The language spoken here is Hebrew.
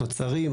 התוצרים,